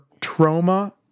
trauma